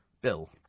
Bill